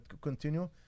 continue